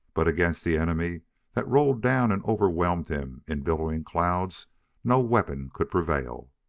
but against the enemy that rolled down and overwhelmed him in billowing clouds no weapon could prevail.